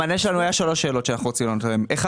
המענה שלנו היה לשלוש שאלות שאנחנו רוצים לענות עליהן: א',